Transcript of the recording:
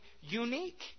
unique